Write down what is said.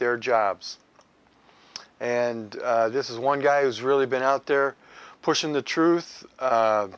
their jobs and this is one guy who's really been out there pushing the truth